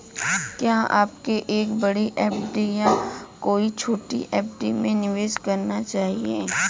क्या आपको एक बड़ी एफ.डी या कई छोटी एफ.डी में निवेश करना चाहिए?